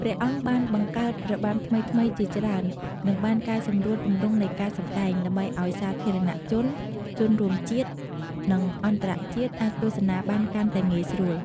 ព្រះអង្គបានបង្កើតរបាំថ្មីៗជាច្រើន និងបានកែសម្រួលទម្រង់នៃការសម្តែង ដើម្បីឲ្យសាធារណជន ជនរួមជាតិ និងអន្តរជាតិអាចទស្សនាបានកាន់តែងាយស្រួល។